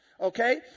okay